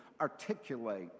articulate